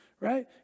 right